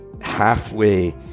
halfway